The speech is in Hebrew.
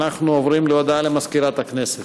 אנחנו עוברים להודעה למזכירת הכנסת.